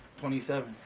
twenty seven.